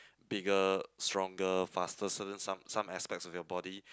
bigger stronger faster certain some some aspects of your body